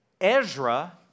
Ezra